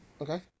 Okay